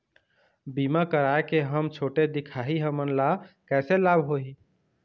बीमा कराए के हम छोटे दिखाही हमन ला कैसे लाभ होही?